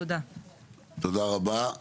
תודה רבה.